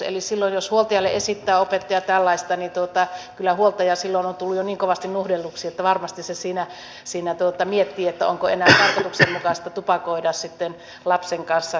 eli silloin jos huoltajalle esittää opettaja tällaista niin kyllä huoltaja silloin on tullut jo niin kovasti nuhdelluksi että varmasti se siinä miettii onko enää tarkoituksenmukaista tupakoida sitten lapsen kanssa kulkiessaan